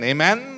Amen